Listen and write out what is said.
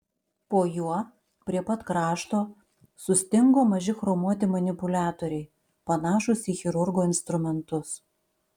po juo prie pat krašto sustingo maži chromuoti manipuliatoriai panašūs į chirurgo instrumentus